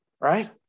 right